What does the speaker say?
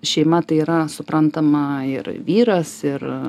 šeima tai yra suprantama ir vyras ir